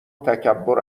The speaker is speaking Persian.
تکبر